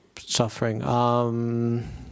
suffering